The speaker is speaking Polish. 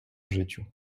życiu